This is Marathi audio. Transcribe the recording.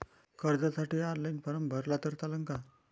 कर्जसाठी ऑनलाईन फारम भरला तर चालन का?